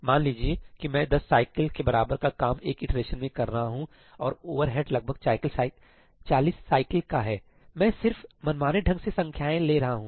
मान लीजिए कि मैं 10 साइकिल के बराबर का काम एक इटरेशन में कर रहा हूं और ओवरहेड लगभग 40 साइकिल का है मैं सिर्फ मनमाने ढंग से संख्याएँ ले रहा हूँ